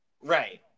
right